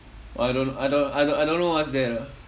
oh I don't know I don't I don't I don't know what's that ah